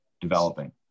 developing